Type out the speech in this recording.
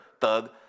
Thug